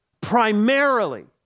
primarily